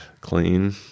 clean